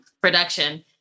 production